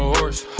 horse,